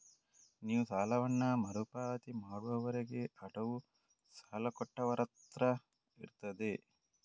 ನೀವು ಸಾಲವನ್ನ ಮರು ಪಾವತಿ ಮಾಡುವವರೆಗೆ ಅಡವು ಸಾಲ ಕೊಟ್ಟವರತ್ರ ಇರ್ತದೆ